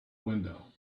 window